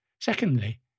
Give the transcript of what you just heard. Secondly